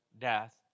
death